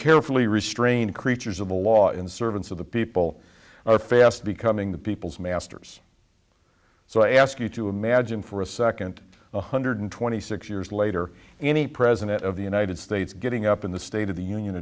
carefully restrained creatures of the law and servants of the people are fast becoming the people's masters so i ask you to imagine for a second one hundred twenty six years later any president of the united states getting up in the state of the union